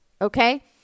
Okay